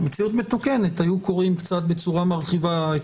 במציאות מתוקנת היו קוראים בצורה מרחיבה את